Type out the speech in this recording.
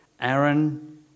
Aaron